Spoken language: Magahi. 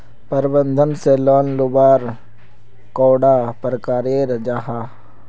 प्रबंधन से लोन लुबार कैडा प्रकारेर जाहा?